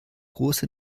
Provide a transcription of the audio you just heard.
große